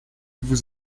vous